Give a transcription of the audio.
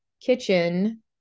kitchen